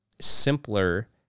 simpler